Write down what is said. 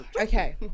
Okay